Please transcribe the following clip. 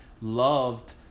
loved